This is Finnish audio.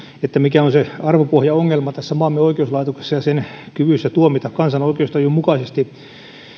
siitä mikä on se arvopohjaongelma tässä maamme oikeuslaitoksessa ja sen kyvyssä tuomita kansan oikeustajun mukaisesti